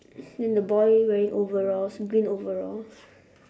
then the boy wearing overalls green overalls